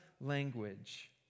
language